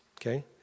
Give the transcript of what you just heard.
Okay